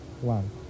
one